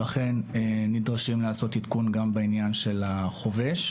ולכן נדרשים לעשות עדכון גם בעניין של החובש.